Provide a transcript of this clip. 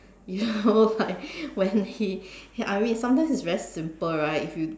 ya I was like when he I mean sometimes it is very simple right if you